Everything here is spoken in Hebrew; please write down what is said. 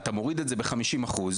אתה מוריד את זה ב-50 אחוז